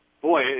Boy